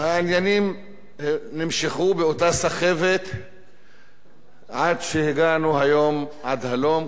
העניינים נמשכו באותה סחבת עד שהגענו היום עד הלום,